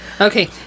Okay